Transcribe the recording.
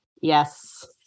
Yes